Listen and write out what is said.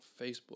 Facebook